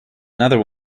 another